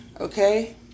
okay